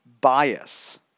bias